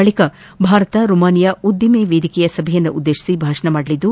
ಬಳಿಕ ಭಾರತ ರೊಮಾನಿಯಾ ಉದ್ದಮ ವೇದಿಕೆ ಸಭೆಯನ್ನುದ್ದೇಶಿಸಿ ಭಾಷಣ ಮಾಡಲಿದ್ದು